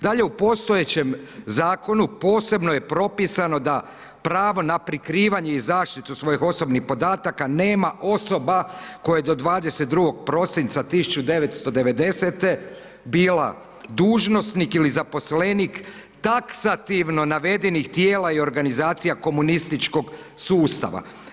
Dalje, u postojećem zakonu posebno je propisano da pravo na prikrivanje i zaštitu svojih osobnih podataka nema osoba koja je do 22. prosinca 1990. bila dužnosnik ili zaposlenik taksativno navedenih tijela i organizacija komunističkog sustava.